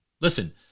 Listen